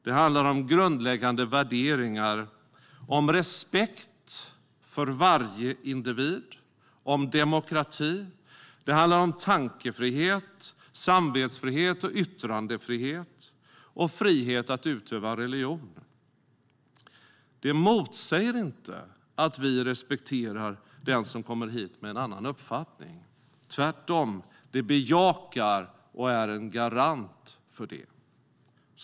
Det handlar om grundläggande värderingar, om respekt för varje individ och om demokrati. Det handlar om tankefrihet, samvetsfrihet, yttrandefrihet och frihet att utöva religion. Det motsäger inte att vi respekterar den som kommer hit med en annan uppfattning. Tvärtom - det bejakar och är en garant för det.